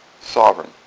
sovereign